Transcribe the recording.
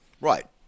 Right